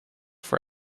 for